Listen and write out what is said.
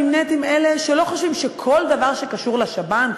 נמנית עם אלה שלא חושבים שכל דבר שקשור לשב"ן,